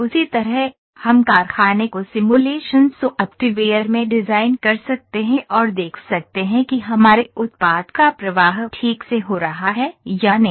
उसी तरह हम कारखाने को सिमुलेशन सॉफ्टवेयर में डिज़ाइन कर सकते हैं और देख सकते हैं कि हमारे उत्पाद का प्रवाह ठीक से हो रहा है या नहीं